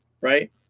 right